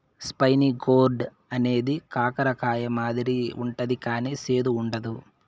spiny gourd అనేది కాకర కాయ మాదిరి ఉంటది కానీ సేదు ఉండదు